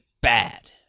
bad